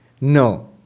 No